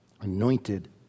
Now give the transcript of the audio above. anointed